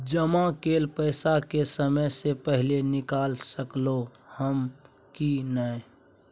जमा कैल पैसा के समय से पहिले निकाल सकलौं ह की नय?